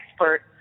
expert